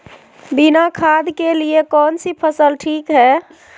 बिना खाद के लिए कौन सी फसल ठीक है?